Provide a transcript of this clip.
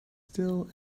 still